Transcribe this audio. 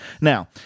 Now